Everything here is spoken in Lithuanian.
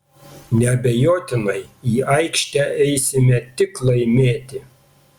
neabejotinai į aikštę eisime tik laimėti